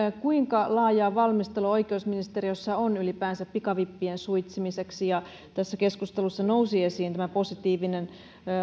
kuinka laajaa valmistelua oikeusministeriössä on ylipäänsä pikavippien suitsimiseksi ja tässä keskustelussa nousi esiin tämä positiivinen